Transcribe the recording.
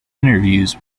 interviews